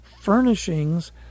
Furnishings